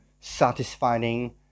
satisfying